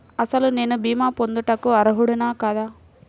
అసలు నేను భీమా పొందుటకు అర్హుడన కాదా?